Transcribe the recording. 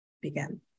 begin